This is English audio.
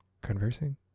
conversing